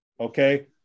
Okay